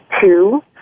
Two